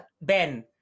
Ben